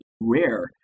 rare